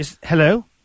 Hello